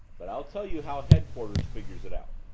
but i'll tell you how headquarters figures it out.